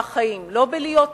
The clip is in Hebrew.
בלהיות נזירים.